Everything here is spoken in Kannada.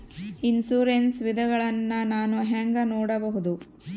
ಇನ್ಶೂರೆನ್ಸ್ ವಿಧಗಳನ್ನ ನಾನು ಹೆಂಗ ನೋಡಬಹುದು?